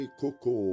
coco